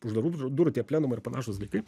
uždarų dur durų tie plienumai ir panašūs dalykai